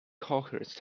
coherence